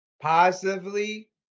positively